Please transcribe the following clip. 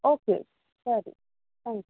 okay ಸರಿ thank you